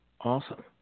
awesome